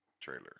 trailer